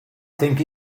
think